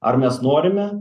ar mes norime